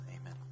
amen